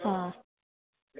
ಹಾಂ